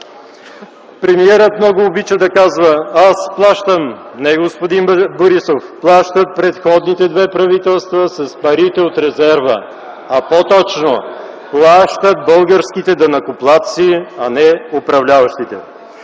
Премиерът много обича да казва „аз плащам”. Не, господин Борисов, плащат предходните две правителства с парите от резерва, а по-точно – плащат българските данъкоплатци, а не управляващите.